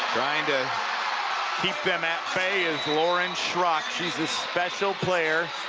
and keep them at bay as lauren schrock, she's a special player,